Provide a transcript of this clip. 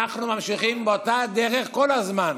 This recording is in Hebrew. אנחנו ממשיכים באותה הדרך כל הזמן.